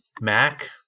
Mac